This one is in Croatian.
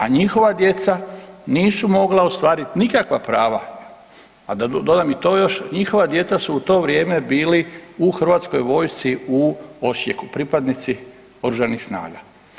A njihova djeca nisu mogla ostvarit nikakva prava, a da dodam i to još, njihova djeca su u to vrijeme bili u hrvatskoj vojsci u Osijeku, pripadnici oružanih snaga.